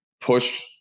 pushed